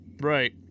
Right